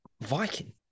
Viking